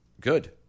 Good